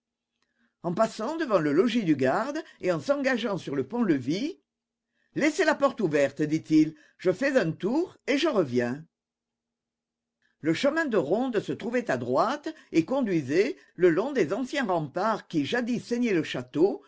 en passant devant le logis du garde et en s'engageant sur le pont-levis laissez la porte ouverte dit-il je fais un tour et je reviens le chemin de ronde se trouvait à droite et conduisait le long des anciens remparts qui jadis ceignaient le château